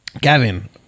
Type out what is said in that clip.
gavin